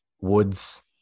Woods